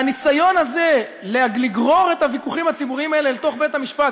והניסיון הזה לגרור את הוויכוחים הציבוריים האלה לתוך בית-המשפט,